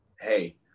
hey